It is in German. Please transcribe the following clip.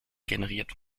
generiert